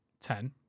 ten